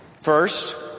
First